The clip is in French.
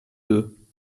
deux